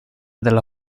della